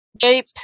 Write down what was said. shape